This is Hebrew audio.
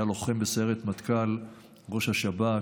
היה לוחם בסיירת מטכ"ל, ראש השב"כ,